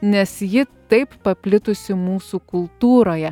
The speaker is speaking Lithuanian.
nes ji taip paplitusi mūsų kultūroje